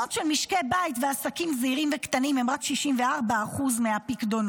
פיקדונות של משקי בית ועסקים זעירים וקטנים הם רק 64% מהפיקדונות,